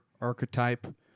archetype